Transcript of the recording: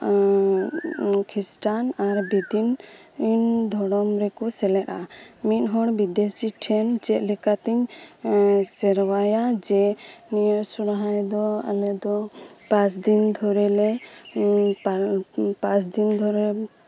ᱠᱷᱤᱥᱴᱟᱱ ᱟᱨ ᱵᱮᱫᱤᱱ ᱫᱷᱚᱨᱚᱢ ᱨᱮᱠᱚ ᱪᱟᱞᱟᱜᱼᱟ ᱤᱧ ᱦᱚᱸ ᱵᱤᱫᱮᱥᱤ ᱴᱷᱮᱱ ᱪᱮᱫ ᱞᱮᱠᱟᱛᱤᱧ ᱥᱮᱨᱣᱟᱭᱟ ᱡᱮ ᱥᱚᱨᱦᱟᱭ ᱫᱚ ᱟᱞᱮ ᱫᱚ ᱯᱟᱸᱪ ᱫᱤᱱ ᱫᱷᱚᱨᱮᱞᱮ ᱯᱟᱸᱪ ᱫᱤᱱ ᱫᱷᱚᱨᱮ